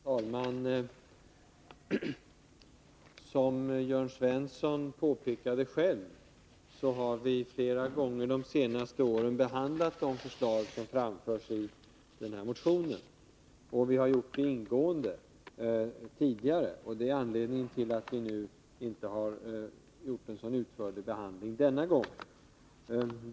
Herr talman! Som Jörn Svensson själv påpekade har vi flera gånger de senaste åren behandlat de förslag som framförs i motionen, och det har vi gjort ingående. Det är anledningen till att vi inte denna gång låtit frågan bli föremål för någon utförlig behandling.